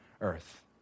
earth